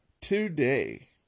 today